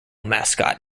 mascot